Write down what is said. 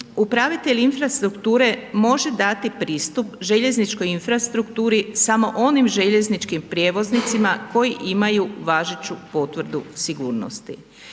Upravitelj infrastrukture može dati pristup željezničkoj infrastrukturi samo onim željezničkim prijevoznicima koji imaju važeću potvrdu sigurnosti.